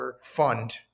fund